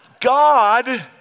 God